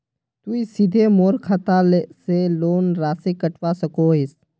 तुई सीधे मोर खाता से लोन राशि कटवा सकोहो हिस?